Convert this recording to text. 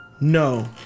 no